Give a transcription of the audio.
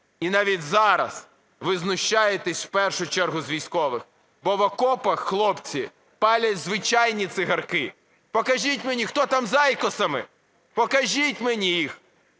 І навіть зараз ви знущаєтесь в першу чергу з військових, бо в окопах хлопці палять звичайні цигарки. Покажіть мені, хто там з айкосами. Покажіть мені їх.